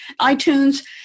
iTunes